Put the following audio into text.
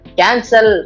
cancel